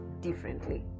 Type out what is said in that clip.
differently